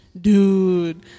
Dude